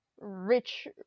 Rich